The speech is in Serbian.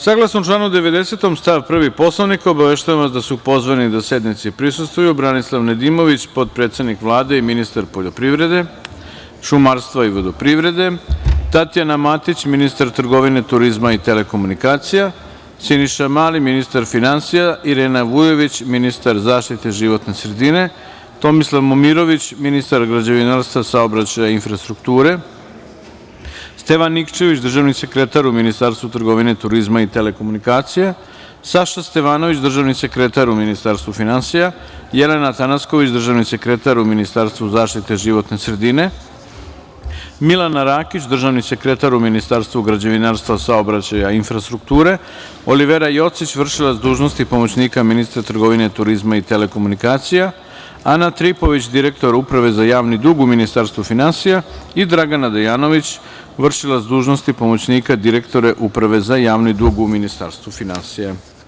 Saglasno članu 90. stav 1. Poslovnika, obaveštavam vas da su pozvani da sednici prisustvuju Branisalv Nedimović, potpredsednik Vlade i ministar poljoprivrede, šumarstva i vodoprivrede, Tatjana Matić, ministar trgovine, turizma i telekomunikacija, Siniša Mali, ministar finansija, Irena Vujović, ministar zaštite životne sredine, Tomislav Momirović, ministar građevinarstva, saobraćaja i infrastrukture, Stevan Nikčević, državni sekretar u Ministarstvu trgovine, turizma i telekomunikacija, Saša Stevanović, državni sekretar u Ministarstvu finansija, Jelena Tanacković, državni sekretar u Ministarstvu zaštite životne sredine, Milana Rakić, državni sekretar u Ministarstvu, građevinarstva, saobraćaja i infrastrukture, Olivera Jocić, vršilac dužnosti pomoćnika ministra trgovine, turizma i telekomunikacija, Ana Tripović, direktor Uprave za javni dug u Ministarstvu finansija i Dragana Dejanović, vršilac dužnosti pomoćnika direktora Uprave za javni dug u Ministarstvu finansija.